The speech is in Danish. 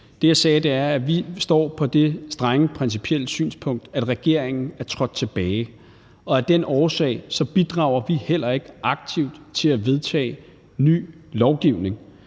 Det, jeg sagde, er, at vi står på det strenge principielle synspunkt, at regeringen er trådt tilbage, og af den årsag bidrager vi heller ikke aktivt til at vedtage ny lovgivning.